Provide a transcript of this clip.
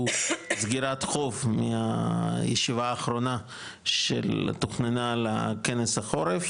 הוא סגירת חוב מהישיבה האחרונה שתוכננה לכנס החורף,